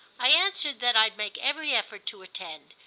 i answered that i'd make every effort to attend,